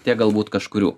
tie galbūt kažkurių